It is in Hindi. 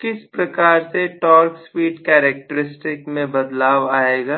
किस प्रकार से टॉर्क स्पीड कैरेक्टरिस्टिक में बदलाव आएगा